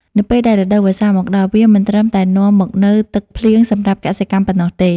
នៅពេលដែលរដូវវស្សាមកដល់ វាមិនត្រឹមតែនាំមកនូវទឹកភ្លៀងសម្រាប់កសិកម្មប៉ុណ្ណោះទេ។